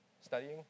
studying